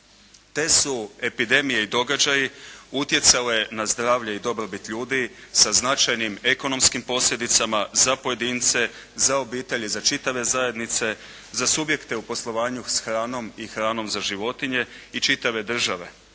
Te su epidemije i događaji utjecali na zdravlje i dobrobit ljudi sa značajnim ekonomskim posljedicama za pojedince, za obitelji, za čitave zajednice, za subjekte u poslovanju s hranom i hranom za životinje i čitave države.